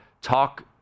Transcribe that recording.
talk